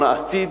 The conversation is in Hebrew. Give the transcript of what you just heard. העתיד.